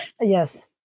Yes